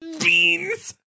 beans